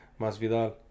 Masvidal